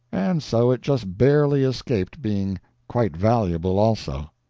and so it just barely escaped being quite valuable also.